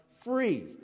free